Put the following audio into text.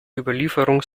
überlieferung